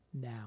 now